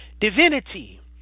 divinity